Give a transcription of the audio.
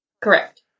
Correct